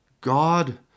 God